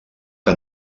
que